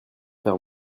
faire